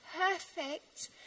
perfect